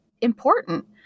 important